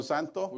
Santo